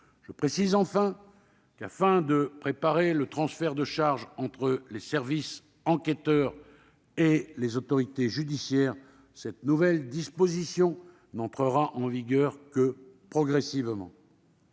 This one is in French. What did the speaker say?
Je précise que, afin de préparer le transfert de charges entre services enquêteurs et autorités judiciaires, cette nouvelle disposition n'entrera en vigueur que progressivement.